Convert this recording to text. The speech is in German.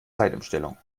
zeitumstellung